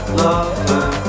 lover